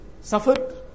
suffered